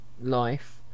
life